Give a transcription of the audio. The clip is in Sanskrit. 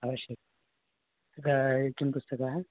अवश्यं किं पुस्तकं